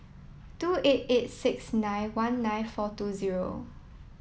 two eight eight six nine one nine four two zero